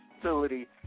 facility